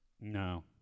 No